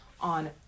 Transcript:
on